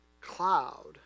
cloud